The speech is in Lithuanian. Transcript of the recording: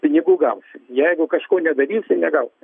pinigų gausi jeigu kažko nedarysi ir negausi